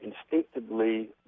instinctively